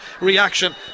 reaction